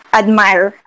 admire